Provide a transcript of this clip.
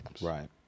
Right